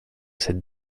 cette